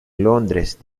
londres